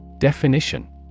Definition